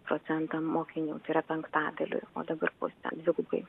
procentam mokinių tai yra penktadaliu o dabar bus dvigubai